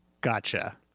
gotcha